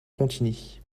contigny